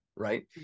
Right